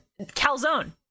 calzone